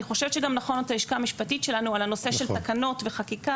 אני חושבת שגם לשאול את הלשכה המשפטית שלנו על הנושא של תקנות וחקיקה.